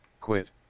quit